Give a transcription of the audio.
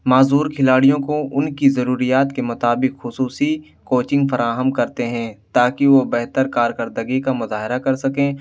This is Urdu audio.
معذور کھلاڑیوں کو ان کی ضروریات کے مطابق خصوصی کوچنگ فراہم کرتے ہیں تا کہ وہ بہتر کارکردگی کا مظاہرہ کر سکیں